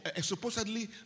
Supposedly